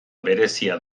berezia